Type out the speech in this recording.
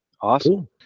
Awesome